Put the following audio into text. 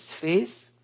face